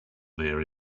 there